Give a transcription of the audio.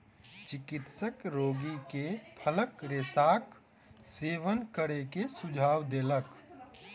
चिकित्सक रोगी के फलक रेशाक सेवन करै के सुझाव देलक